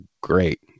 great